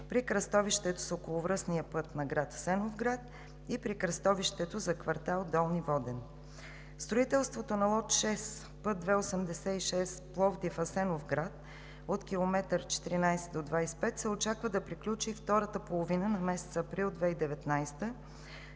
при кръстовището с околовръстния път на град Асеновград и при кръстовището за квартал „Долни Воден“. Строителството на лот 6, път II-86 Пловдив – Асеновград, от км 14 до км 25 се очаква да приключи през втората половина на месец април 2019 г.